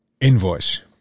invoice